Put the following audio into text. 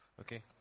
Okay